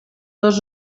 dos